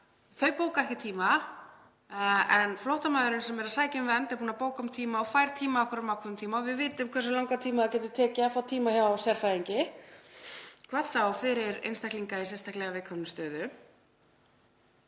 Þau bóka ekki tíma en flóttamaðurinn sem er að sækja um vernd er búinn að bóka tíma og fær ákveðinn tíma — og við vitum hversu langan tíma það getur tekið að fá tíma hjá sérfræðingi, hvað þá fyrir einstaklinga í sérstaklega viðkvæmri stöðu.